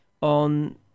on